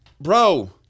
bro